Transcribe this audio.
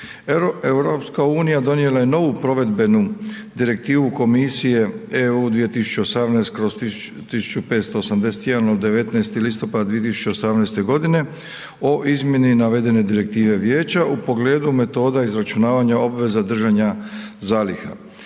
EU donijela je novu provedbenu Direktivu Komisije EU 2018/1581 od 19. listopada 2018. godine o izmjeni navedene Direktive Vijeća u pogledu metoda izračunavanja obveza držanja zaliha.